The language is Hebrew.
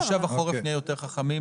במושב החורף נהיה יותר חכמים.